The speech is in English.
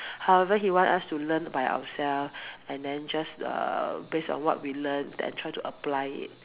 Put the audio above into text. however he want us to learn by ourselves and then just uh based on what we learn then try to apply it